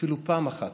אפילו פעם אחת,